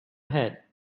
ahead